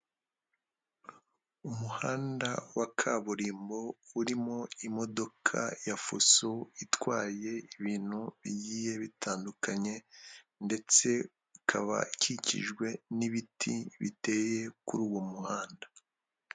Umuhanda wa kaburimbo urimo imodoka ya fuso itwaye ibintu bigiye bitandukanye ndetse ikaba ikikijwe n'ibiti biteye kuri uwo muhanda.